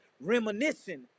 reminiscing